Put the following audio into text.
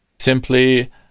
simply